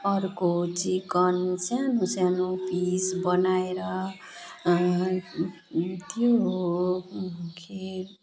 अर्को चिकन सानो सानो पिस बनाएर को हो खेर